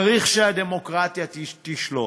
צריך שהדמוקרטיה תשלוט.